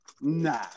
Nah